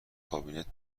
کابینت